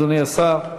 אדוני השר.